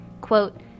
Quote